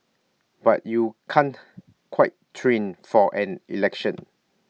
but you can't quite train for an election